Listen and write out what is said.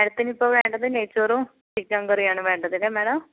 മാഡത്തിനിപ്പോൾ വേണ്ടത് നെയ്ച്ചോറും ചിക്കൻകറിയാണ് വേണ്ടത് അല്ലെ മാഡം